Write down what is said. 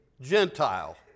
Gentile